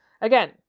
Again